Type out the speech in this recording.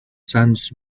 sons